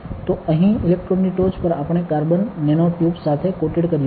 તો અહીં ઇલેક્ટ્રોડની ટોચ પર આપણે કાર્બન નેનો ટ્યુબ્સ સાથે કોટેડ કર્યું છે